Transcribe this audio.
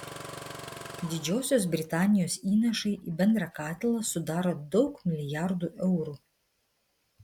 didžiosios britanijos įnašai į bendrą katilą sudaro daug milijardų eurų